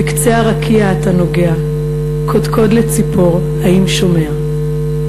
בקצה הרקיע אתה נוגע, קודקוד לציפור, האם שומע?"